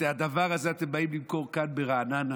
את הדבר הזה אתם באים למכור כאן ברעננה,